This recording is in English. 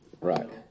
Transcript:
Right